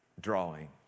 drawing